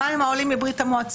מה עם העולים מברית-המועצות?